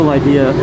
idea